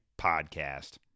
Podcast